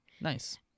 Nice